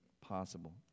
possible